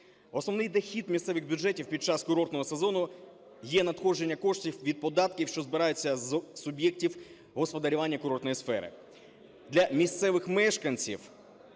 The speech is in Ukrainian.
Основний дохід місцевих бюджетів під час курортного сезону є надходження коштів від податків, що збираються з суб'єктів господарювання курортної сфери. Для місцевих мешканців